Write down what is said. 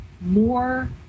more